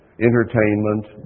entertainment